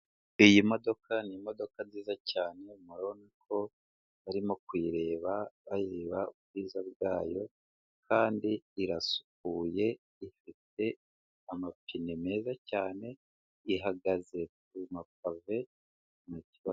Iyi modoka ni imodoka nziza cyane, murabona ko barimo kuyireba, bareba ubwiza bwayo, kandi irasukuye, ifite amapine meza cyane, ihagaze ku mapave, mu gipangu.